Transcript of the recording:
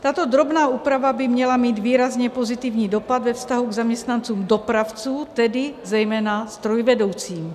Tato drobná úprava by měla mít výrazně pozitivní dopad ve vztahu k zaměstnancům dopravců, tedy zejména strojvedoucím.